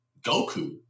Goku